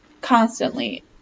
constantly